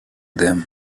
them